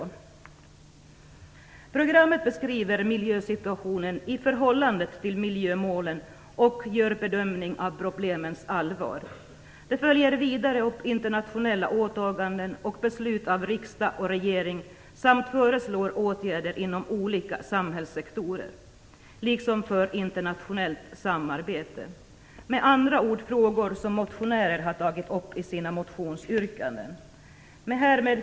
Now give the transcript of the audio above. I programmet beskrivs miljösituationen i förhållande till miljömålen, och en bedömning av problemens allvar görs. Det följer vidare upp internationella åtaganden och beslut fattade av riksdag och regering. I programmet föreslås även åtgärder inom olika samhällssektorer, liksom för internationellt samarbete. Det är med andra ord frågor som motionärer tagit upp i sina motionsyrkanden. Fru talman!